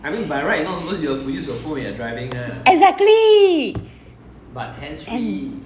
exactly